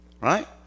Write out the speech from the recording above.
right